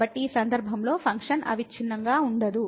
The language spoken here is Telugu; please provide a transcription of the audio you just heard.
కాబట్టి ఈ సందర్భంలో ఫంక్షన్ అవిచ్ఛిన్నంగా ఉండదు